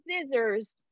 scissors